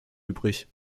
übrig